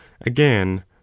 again